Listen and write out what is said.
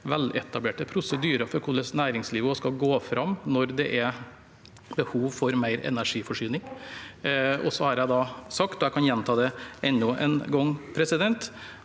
veletablerte prosedyrer for hvordan næringslivet skal gå fram når det er behov for mer energiforsyning. Jeg har også sagt – og jeg kan gjenta det enda en gang – at